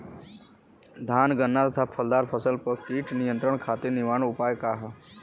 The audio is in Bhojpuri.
धान गन्ना तथा फलदार फसल पर कीट नियंत्रण खातीर निवारण उपाय का ह?